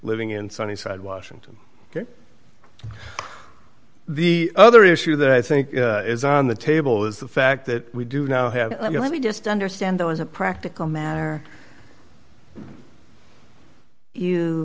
living in sunnyside washington the other issue that i think is on the table is the fact that we do now have let me just understand though as a practical matter you